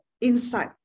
inside